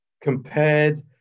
compared